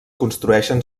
construeixen